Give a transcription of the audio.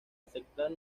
aceptar